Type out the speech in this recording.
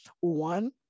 one